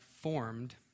formed